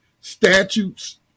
statutes